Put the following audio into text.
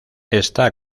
está